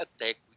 attack